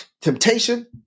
temptation